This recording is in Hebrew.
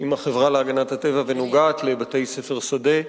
עם החברה להגנת הטבע ונוגעת לבתי-ספר שדה,